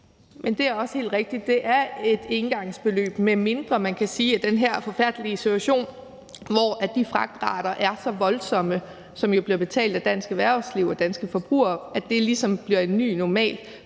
Det er også helt rigtigt. Det er et engangsbeløb, medmindre man kan sige, at den her forfærdelige situation, hvor de fragtrater er så voldsomme – og de bliver jo betalt af dansk erhvervsliv og danske forbrugere – ligesom bliver en ny normal.